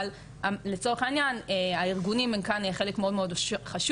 אבל לצורך העניין הארגונים הם כאן חלק מאד חשוב,